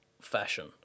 fashion